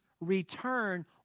return